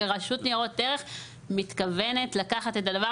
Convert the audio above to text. ורשות ניירות ערך מתכוונת לקחת את הדבר